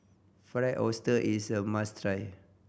Fried Oyster is a must try